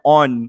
on